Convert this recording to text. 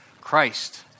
Christ